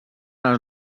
els